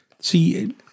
see